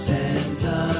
Santa